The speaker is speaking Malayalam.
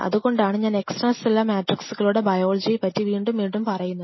ഇതുകൊണ്ടാണ് ഞാൻ എക്സ്ട്രാ സെല്ലുലാർ മാട്രിക്സ്സുകളുടെ ബയോളജിയെ പറ്റി വീണ്ടും വീണ്ടും പറയുന്നത്